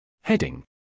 Heading